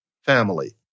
family